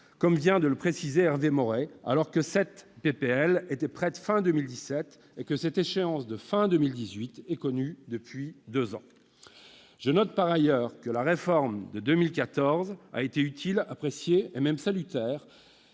comme vient de le dire Hervé Maurey, alors que cette proposition de loi était prête fin 2017 et que cette échéance de fin 2018 est connue depuis deux ans. Je note par ailleurs que la réforme de 2014 a été utile, appréciée, et même salutaire,